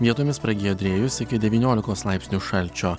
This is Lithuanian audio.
vietomis pragiedrėjus iki devyniolikos laipsnių šalčio